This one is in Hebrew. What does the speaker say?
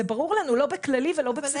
זה ברור לנו, לא בכללי ולא בפסיכיאטרי.